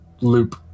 loop